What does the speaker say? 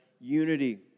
unity